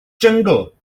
jyngl